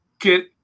get